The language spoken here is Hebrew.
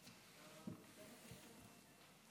חברי הכנסת,